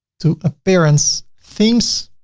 to appearance, themes.